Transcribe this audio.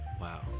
Wow